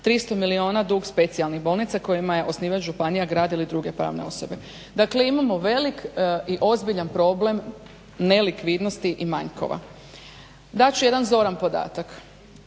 300 milijuna dug specijalnih bolnica kojima je osnivač županija, grad ili druge pravne osobe. Dakle imamo velik i ozbiljan problem nelikvidnosti i manjkova. Dat ću jedan zoran podatak.